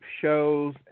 shows